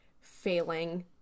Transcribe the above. failing